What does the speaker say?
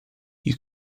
you